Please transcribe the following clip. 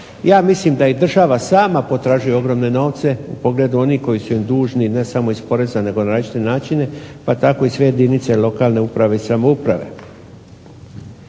Ja mislim da i država sama potražuje ogromne novce u pogledu onih koji su im dužni, ne samo iz poreza nego na različite načine pa tako i sve jedinice lokalne uprave i samouprave.